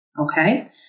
Okay